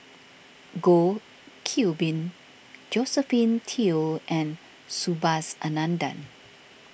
Goh Qiu Bin Josephine Teo and Subhas Anandan